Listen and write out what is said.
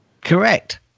correct